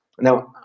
Now